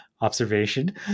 observation